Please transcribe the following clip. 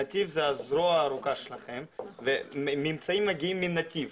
נתיב זה הזרוע הארוכה שלכם וממצאים מגיעים מנתיב,